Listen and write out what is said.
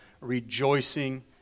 rejoicing